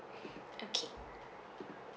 okay